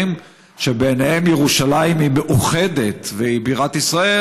שבעיניהם ירושלים היא מאוחדת והיא בירת ישראל,